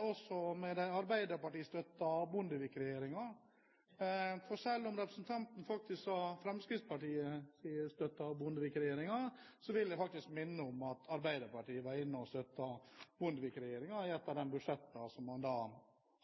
også med den arbeiderpartistøttede Bondevik-regjeringen? For selv om representanten sa at Fremskrittspartiet støttet Bondevik-regjeringen, vil jeg minne om at Arbeiderpartiet var inne og støttet Bondevik-regjeringen i et av de budsjettene man